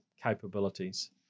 capabilities